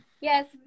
Yes